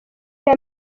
cya